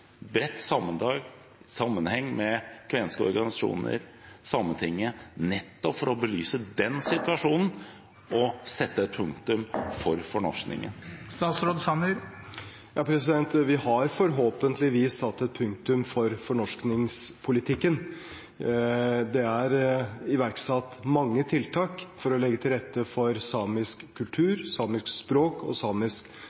bredt sammensatt og i samarbeid med kvenske organisasjoner og Sametinget, nettopp for å belyse den situasjonen og sette et punktum for fornorskningen? Vi har forhåpentligvis satt et punktum for fornorskningspolitikken. Det er iverksatt mange tiltak for å legge til rette for samisk